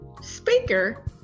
speaker